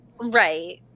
Right